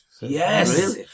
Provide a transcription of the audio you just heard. Yes